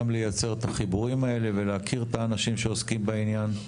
גם לייצר את החיבורים האלה ולהכיר את האנשים שעוסקים בעניין.